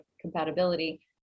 compatibility